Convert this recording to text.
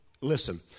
listen